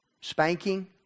spanking